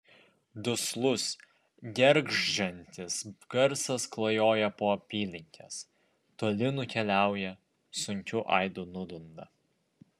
duslus gergždžiantis garsas klajoja po apylinkes toli nukeliauja sunkiu aidu nudunda